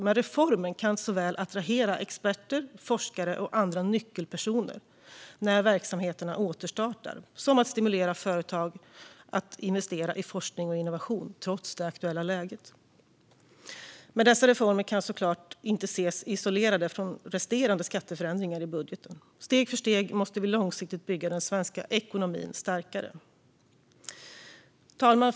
Men reformen kan såväl attrahera experter, forskare och andra nyckelpersoner när verksamheterna återstartar som stimulera företag att investera i forskning och innovation trots det aktuella läget. Men dessa reformer kan såklart inte ses isolerat från resterande skatteförändringar i budgeten. Steg för steg måste vi långsiktigt bygga den svenska ekonomin starkare. Fru talman!